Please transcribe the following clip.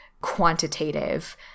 quantitative